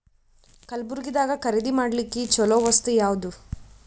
ಕಲಬುರ್ಗಿದಾಗ ಖರೀದಿ ಮಾಡ್ಲಿಕ್ಕಿ ಚಲೋ ವಸ್ತು ಯಾವಾದು?